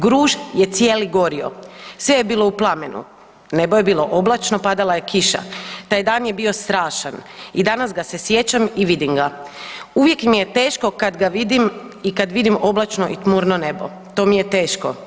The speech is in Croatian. Gruž je cijeli gorio, sve je bilo u plamenu, nebo je bilo oblačno, padala je kiša, taj dan je bio strašan i danas ga se sjećam i vidim ga uvijek mi je teško kad ga vidim i kad vidim oblačno i tmurno nebo, to mi je teško.